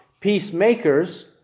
peacemakers